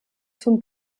zum